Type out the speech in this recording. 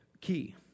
key